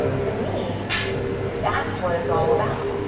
to me that's what it's all about